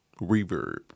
Reverb